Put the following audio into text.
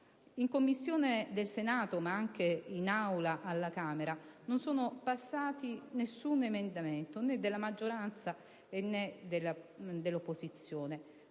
Commissioni del Senato, ma anche in Aula alla Camera, non è passato alcun emendamento, né della maggioranza né dell'opposizione.